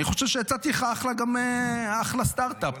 אני חושב שהצעתי לך גם אחלה סטרטאפ,